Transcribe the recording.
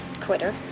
quitter